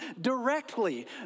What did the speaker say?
directly